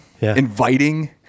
inviting